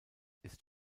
ist